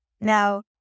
Now